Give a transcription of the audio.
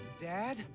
Dad